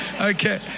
Okay